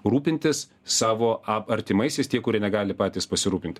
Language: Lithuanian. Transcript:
rūpintis savo a artimaisiais tie kurie negali patys pasirūpint